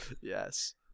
Yes